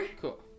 Cool